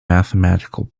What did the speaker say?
mathematical